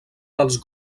dels